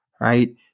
right